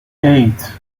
eight